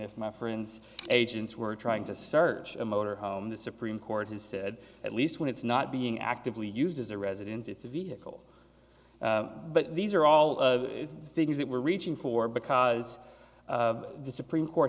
if my friends agents were trying to search a motor home the supreme court has said at least one it's not being actively used as a residence it's a vehicle but these are all of the things that we're reaching for because the supreme court